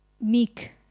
meek